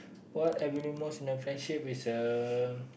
what I value most in a friendship is uh